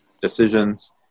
decisions